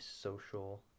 social